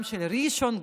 גם של ראשון לציון,